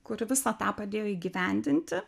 kuri visą tą padėjo įgyvendinti